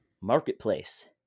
marketplace